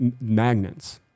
Magnets